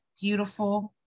beautiful